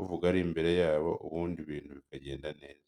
uvuga ari imbere yabo, ubundi ibintu bikagenda neza.